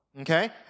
okay